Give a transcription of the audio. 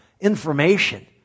information